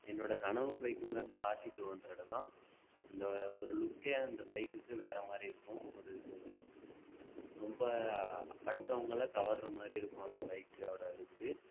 என்னோடய கனவு பைக்குங்கிறது ஆர்சி டூ ஹண்ட்ரேடு தான் அந்த ஒரு லுக்கே அந்த பைக்குக்கு வேற மாதிரி இருக்கும் ஒரு ரொம்ப அடுத்தவங்கள கவர்கிற மாதிரி இருக்கும் அந்த பைக்கோட லுக்கு